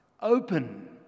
open